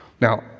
Now